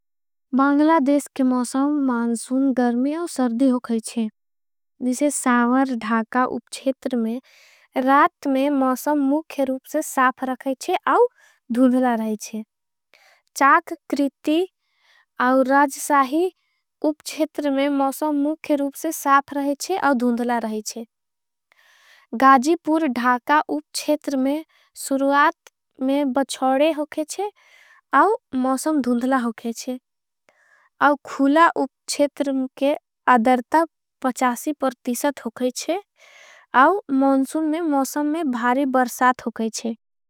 बांगला देश के मौसम मानसुन गर्मी और सर्दी हो खैचे। जिसे सावर धाका उपछेतर में रात में मौसम मुख्यरूप। से साफ रखैचे और धूंधला रहैचे चाक कृति और राजसाही। उपछेतर में गाजीपूर धाका उपछेतर में सुरुआत में। बच्छोड़े हो खैचे और मौसम धूंधला हो खैचे और खूला। उपछेतर में अदरता पचासी परतिसत हो खैचे और। मौनसुन में मौसम में भारे बरसात हो खैचे।